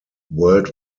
world